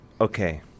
Okay